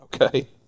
okay